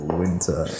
winter